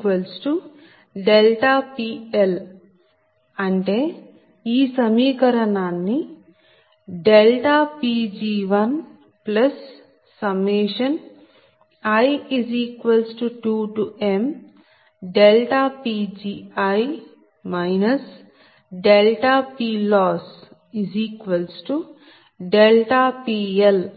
PLossPL అంటే ఈ సమీకరణాన్ని Pg1i2mPgi PLossPL అని రాయచ్చు